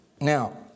Now